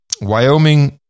Wyoming